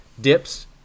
dips